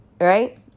right